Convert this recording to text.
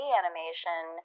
animation